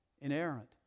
inerrant